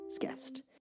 guest